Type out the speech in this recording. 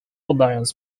podając